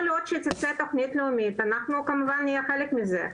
כל עוד שתצא תוכנית לאומית אנחנו כמובן נהיה חלק מזה,